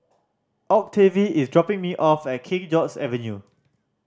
Octavie is dropping me off at King George's Avenue